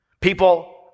People